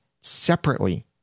separately